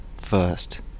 first